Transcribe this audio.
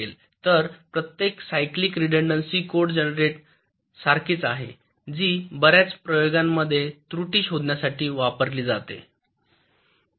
तर प्रक्रिया cyclic redundancy code generator सारखीच आहे जी बर्याच प्रयोगांमध्ये त्रुटी शोधण्यासाठी वापरली जाते